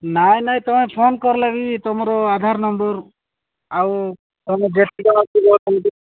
ନାଇଁ ନାଇଁ ତମେ ଫୋନ୍ କରିଲେ ବି ତୁମର ଆଧାର ନମ୍ବର ଆଉ ତୁମେ ଯେତକିବେଳେ